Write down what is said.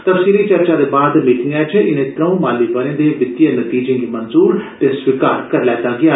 तफसीली चर्चा दे बाद मीटिंगै च इने त्रऊ माली बरे दे वित्तीय नतीजे गी मंजूर ते स्वीकार करी लैता गेआ